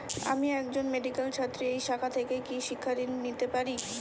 আমি একজন মেডিক্যাল ছাত্রী এই শাখা থেকে কি শিক্ষাঋণ পেতে পারি?